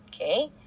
Okay